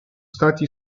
stati